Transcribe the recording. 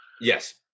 Yes